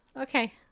okay